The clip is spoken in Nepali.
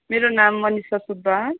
मेरो नाम मनीषा सुब्बा